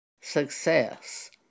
success